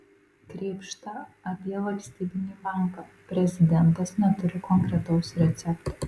krėpšta apie valstybinį banką prezidentas neturi konkretaus recepto